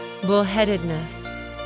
bullheadedness